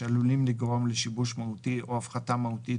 שעלולים לגרום לשיבוש מהותי או הפחתה מהותית